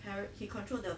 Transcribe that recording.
well he control the